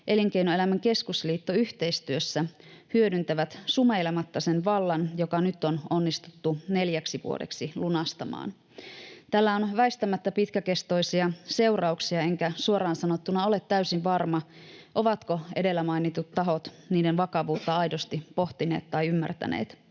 Elinkeinoelämän keskusliitto yhteistyössä hyödyntävät sumeilematta sen vallan, joka nyt on onnistuttu neljäksi vuodeksi lunastamaan. Tällä on väistämättä pitkäkestoisia seurauksia, enkä suoraan sanottuna ole täysin varma, ovatko edellä mainitut tahot niiden vakavuutta aidosti pohtineet tai ymmärtäneet.